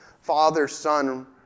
father-son